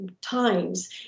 times